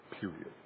Period